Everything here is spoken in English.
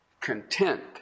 content